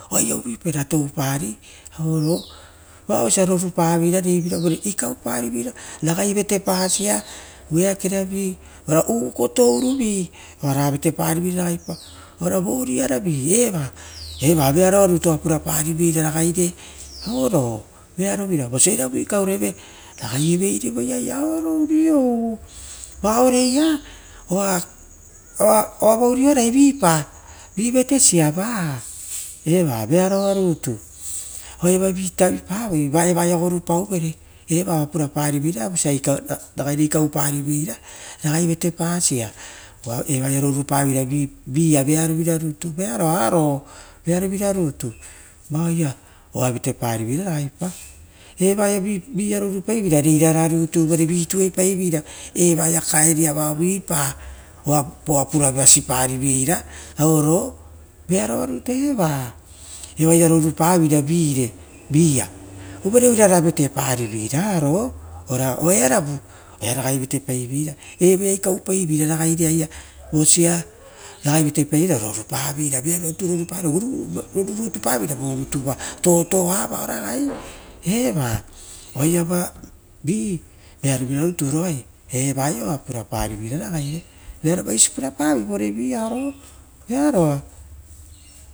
Osia uvuipa toupari vaousia rorupave ra reivira osia i kauparivera ragaire agai vate pasia eakeravi varo ukutu uavi, oura vatepaviveira ragaipa ova voria ravi, eva veavoanitu oa pura pari veira ragai re auoro, vosi a iravu ikaureve raragai eveireve oisi auoro urou uava urora upa vi vetesia va eva veavoa vutu oaiava vitavipa voi vaia gorupauvere ova oa purapariveira vosiaita ragaire ikau pariveira ragai vetepasia, uva evaia ronipaveira via veavovira vutu. Vaoia oa vateparivopa ragaipa uva veirara nitu vi tuepaivera evo koroia vipa kovo oa puravasipariveira ouro vearoanitu eva oaia rorupaveira vi'ia uvare oirara vatepariveira aroo ora oeanovu oea ragai vatepaivera. Oea ikaupaiveira ragaire osia ragai vatei paiveira ra ronipa vovutuva totoa vaio raga, eva oaiava vi vearovira nitu roea evaia oa purapari veira vove vi, vearovaisipurapa.